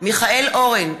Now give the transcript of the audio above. מיכאל אורן,